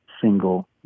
single